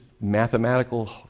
mathematical